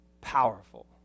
powerful